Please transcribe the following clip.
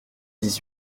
dix